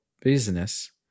business